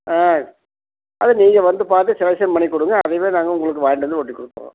ஆ அது நீங்கள் வந்து பார்த்து செலெக்ஷன் பண்ணிக்கொடுங்க அதையவே நாங்கள் உங்களுக்கு வாங்கிட்டு வந்து ஒட்டி கொடுத்தர்றோம்